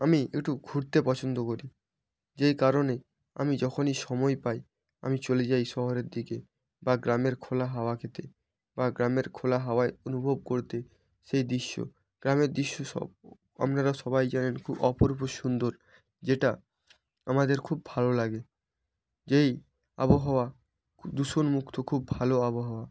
আমি একটু ঘুরতে পছন্দ করি যেই কারণে আমি যখনই সময় পাই আমি চলে যাই শহরের দিকে বা গ্রামের খোলা হাওয়া খেতে বা গ্রামের খোলা হাওয়ায় অনুভব করতে সেই দৃশ্য গ্রামের দৃশ্য সব ও আপনারা সবাই জানেন খুব অপূর্ব সুন্দর যেটা আমাদের খুব ভালো লাগে যেই আবহাওয়া দূষণ মুক্ত খুব ভালো আবহাওয়া